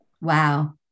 Wow